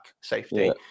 safety